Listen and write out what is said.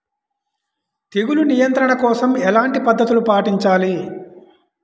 తెగులు నియంత్రణ కోసం ఎలాంటి పద్ధతులు పాటించాలి?